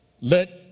Let